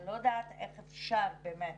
אני לא יודעת איך אפשר באמת